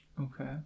Okay